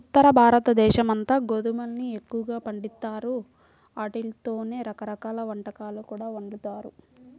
ఉత్తరభారతదేశమంతా గోధుమల్ని ఎక్కువగా పండిత్తారు, ఆటితోనే రకరకాల వంటకాలు కూడా వండుతారు